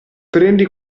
prendi